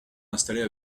installer